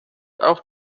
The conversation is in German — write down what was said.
auch